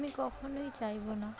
আমি কখনোই চাইব না